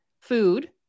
food